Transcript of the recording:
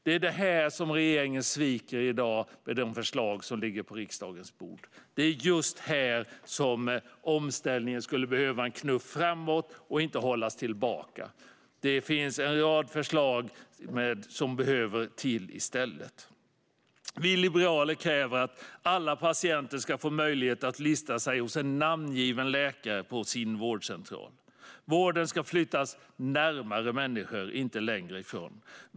Det är här regeringen sviker i dag med de förslag som ligger på riksdagens bord. Det är just här som omställningen skulle behöva en knuff framåt, inte hållas tillbaka. En rad andra förslag behöver komma till i stället. Vi liberaler kräver att alla patienter ska få möjlighet att lista sig hos en namngiven läkare på sin vårdcentral. Vården ska flyttas närmare människor, inte längre ifrån.